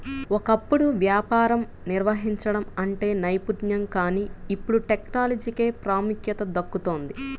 ఒకప్పుడు వ్యాపారం నిర్వహించడం అంటే నైపుణ్యం కానీ ఇప్పుడు టెక్నాలజీకే ప్రాముఖ్యత దక్కుతోంది